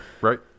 Right